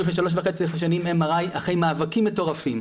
לפני שלוש וחצי שנים MRI אחרי מאבקים מטורפים.